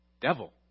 Devil